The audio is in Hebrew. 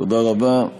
תודה רבה.